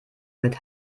mit